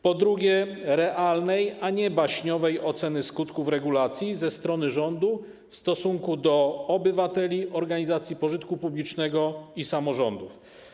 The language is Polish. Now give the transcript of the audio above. Po drugie, oczekujemy realnej, a nie baśniowej oceny skutków regulacji ze strony rządu w stosunku do obywateli, organizacji pożytku publicznego i samorządów.